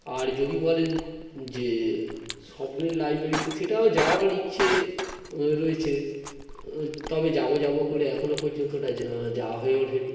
আর যদি বলেন যে স্বপ্নের লাইব্রেরিতে সেটাও যাওয়ার ইচ্ছে ও রয়েছে তবে যাবো যাবো করে এখনও পর্যন্ত ওটা যাওয়া হয়ে ওঠেনি